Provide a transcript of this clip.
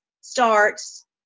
starts